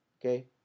Okay